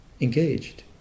engaged